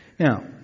Now